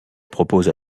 propose